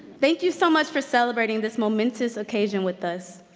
thank you so much for celebrating this momentous occasion with us.